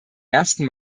ersten